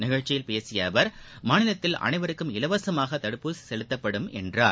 நிகழ்ச்சியில் பேசிய அவர் மாநிலத்தில் அனைவருக்கும் இலவசமாக தடுப்பூசி செலுத்தப்படும் என்றார்